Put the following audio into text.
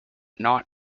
not